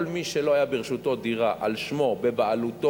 כל מי שלא היתה ברשותו דירה על שמו, בבעלותו,